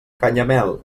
canyamel